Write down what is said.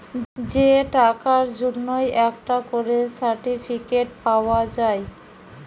যে টাকার জন্যে একটা করে সার্টিফিকেট পাওয়া যায়